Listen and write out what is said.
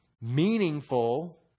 meaningful